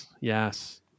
Yes